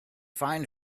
find